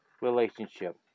relationship